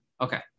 Okay